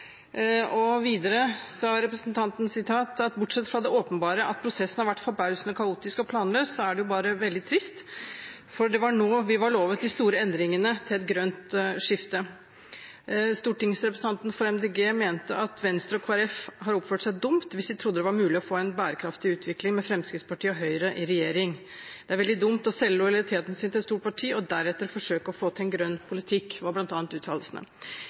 Bulgaria.» Videre sa representanten: «Bortsett fra det åpenbare, at prosessen har vært forbausende kaotisk og planløs, er det jo veldig trist, for det var nå vi var lovet de store endringene til et grønt skifte.» Det sto videre: «Stortingsrepresentanten for MDG mener at Venstre og Kristelig Folkeparti har oppført seg dumt, hvis de trodde det var mulig å få en bærekraftig utvikling, med Fremskrittspartiet og Høyre i regjering.» Uttalelsene var bl.a.: «Det er veldig dumt å selge lojaliteten sin til et stort parti, og deretter forsøke å få til en grønn politikk.»